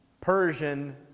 Persian